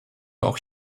auch